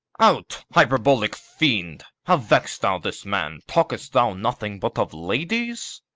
out, hyperbolical fiend! how vexest thou this man! talkest thou nothing but of ladies?